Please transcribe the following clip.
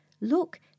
Look